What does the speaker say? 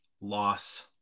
loss